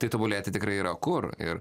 tai tobulėti tikrai yra kur ir